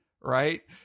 right